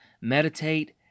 meditate